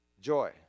joy